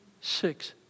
six